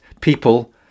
people